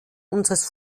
unseres